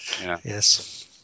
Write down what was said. Yes